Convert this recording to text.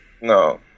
No